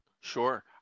Sure